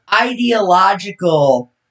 ideological